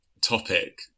topic